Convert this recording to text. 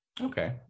Okay